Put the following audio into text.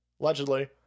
allegedly